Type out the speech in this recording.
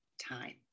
time